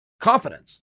confidence